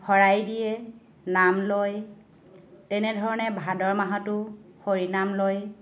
শৰাই দিয়ে নাম লয় তেনেধৰণে ভাদ মাহতো হৰিনাম লয়